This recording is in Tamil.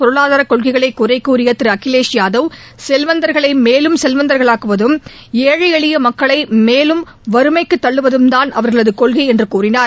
பொருளாதாரகொள்கைகளைகூறியதிருஅகிலேஷ் பிஜேபியின் யாதவ் செல்வந்தர்களைமேலும் செல்வந்தர்களாக்குவதும ஏழை எளியமக்களைமேலும் வறுமைக்குதள்ளுவதும்தான் அவர்களதுகொள்கைஎன்றுகூறினார்